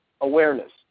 awareness